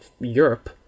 Europe